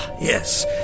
Yes